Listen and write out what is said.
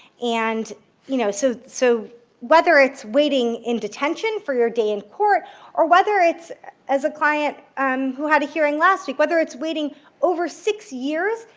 and you know so so whether it's waiting in detention for your day in court or whether it's as a client um who had a hearing last week, whether it's waiting over six years,